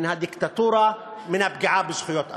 מן הדיקטטורה, מן הפגיעה בזכויות אדם.